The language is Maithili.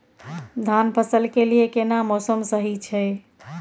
धान फसल के लिये केना मौसम सही छै?